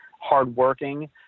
hardworking